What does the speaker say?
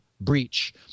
Breach